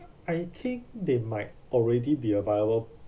I think they might already be a viable